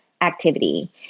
activity